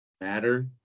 matter